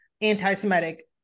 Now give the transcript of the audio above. anti-Semitic